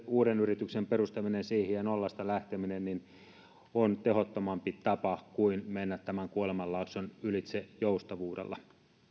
uuden yrityksen perustaminen siihen ja nollasta lähteminen on tehottomampi tapa kuin mennä tämän kuolemanlaakson ylitse joustavuudella